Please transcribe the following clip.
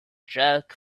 jerk